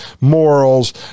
morals